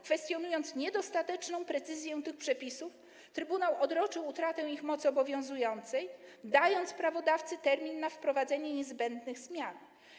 Kwestionując niedostateczną precyzję tych przepisów, trybunał odroczył utratę ich mocy obowiązującej, dając prawodawcy termin na wprowadzenie niezbędnych zmian.